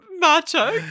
Macho